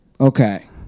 Okay